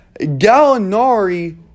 Gallinari